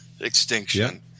extinction